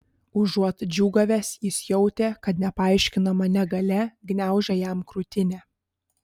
užuot džiūgavęs jis jautė kad nepaaiškinama negalia gniaužia jam krūtinę